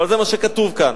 אבל זה מה שכתוב כאן.